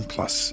Plus